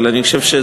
אבל אני חושב,